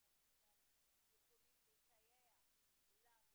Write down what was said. מתי היה הדיון האחרון?